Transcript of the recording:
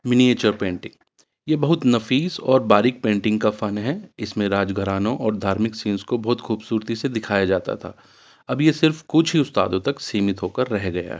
miniature painting یہ بہت نفیس اور باریک پینٹنگ کا فن ہے اس میں راج گھرانوں اور دھارمک سینس کو بہت خوبصورتی سے دکھایا جاتا تھا اب یہ صرف کچھ ہی استادوں تک سیمت ہو کر رہ گیا ہے